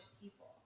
people